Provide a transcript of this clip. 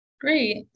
Great